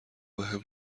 بهم